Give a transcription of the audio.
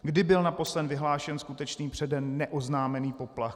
Kdy byl naposledy vyhlášen skutečný, předem neoznámený poplach?